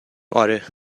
آره